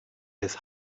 his